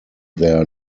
their